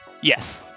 Yes